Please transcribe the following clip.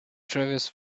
travis